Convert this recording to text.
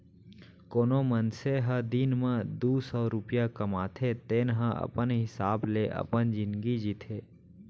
कोनो मनसे ह दिन म दू सव रूपिया कमाथे तेन ह अपन हिसाब ले अपन जिनगी जीथे